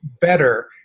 better